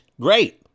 great